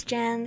Jen